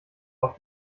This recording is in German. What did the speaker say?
auf